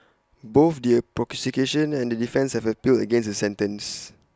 both the prosecution and the defence have appealed against the sentence